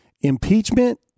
impeachment